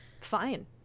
Fine